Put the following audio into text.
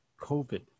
covid